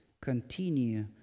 continue